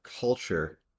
culture